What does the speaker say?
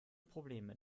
probleme